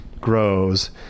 grows